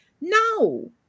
No